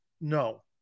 No